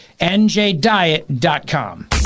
NJDiet.com